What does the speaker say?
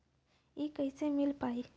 इ कईसे मिल पाई?